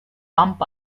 pump